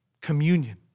communion